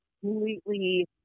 completely